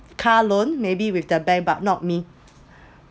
car loan maybe with the bank but not me